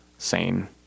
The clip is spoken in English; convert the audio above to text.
sane